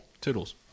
Toodles